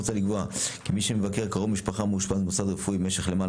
מוצע לקבוע כי מי שמבקר קרוב משפחה המאושפז במוסד רפואי במשך למעלה